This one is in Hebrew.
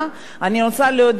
מעל הדוכן,